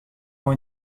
ont